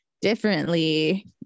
differently